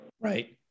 Right